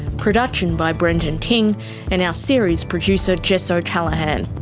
production by brendan king and our series producer jess o'callaghan.